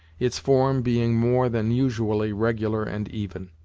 its form being more than usually regular and even.